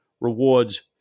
rewards